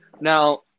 Now